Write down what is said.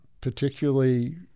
particularly